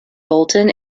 bolton